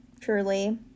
Truly